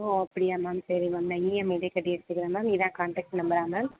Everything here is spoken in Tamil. ஓ அப்படியா மேம் சரி மேம் நான் இஎம்ஐயிலே கட்டி எடுத்துக்கிறேன் மேம் இதான் காண்டெக்ட் நம்பரா மேம்